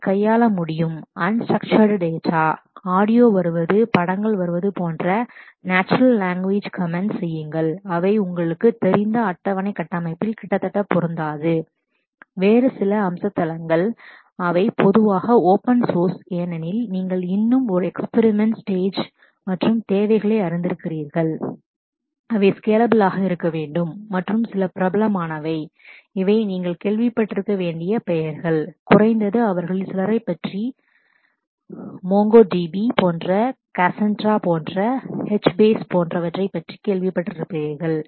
அதை கையாள முடியும் unstructured data unstructured data audio வருவது audio coming படங்கள் வருவது போன்ற natural language comments natural language comments செய்யுங்கள் அவை உங்களுக்குத் தெரிந்த அட்டவணை கட்டமைப்பில் கிட்டத்தட்ட பொருந்தாது வேறு சில அம்ச தளங்கள் அவை பொதுவாக ஓபன் சௌர்ஸ் ஏனெனில் நீங்கள் இன்னும் ஒரு எக்ஸ்பிரிமெண்ட் ஸ்டேஜ் experimental stage மற்றும் தேவைகளை அறிந்திருக்கிறீர்கள் ஸ்கேலபிள் scalable ஆக இருக்க வேண்டும் மற்றும் சில பிரபலமானவை popular இவை நீங்கள் கேள்விப்பட்டிருக்க வேண்டிய பெயர்கள் குறைந்தது அவர்களில் சிலரைப் பற்றி மோங்கோடிபி MongoDB போன்ற கசாண்ட்ரா Cassandraபோன்ற ஹெச்பேஸ் HBase போன்றவை பற்றி கேள்விப்பட்டிருப்பீர்கள்